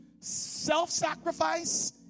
self-sacrifice